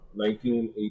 1980